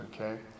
okay